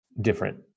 different